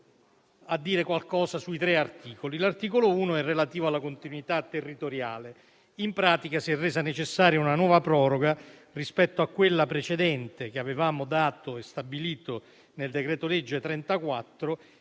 a dire qualcosa sui tre articoli. L'articolo 1 è relativo alla continuità territoriale. In pratica si è resa necessaria una nuova proroga rispetto a quella precedente, che avevamo stabilito nel decreto-legge n.